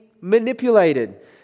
manipulated